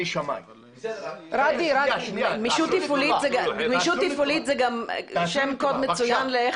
אני שמאי -- גמישות תפעולית זה גם שם קוד מצוין איך